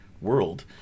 world